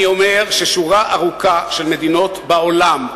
אני אומר ששורה ארוכה של מדינות בעולם,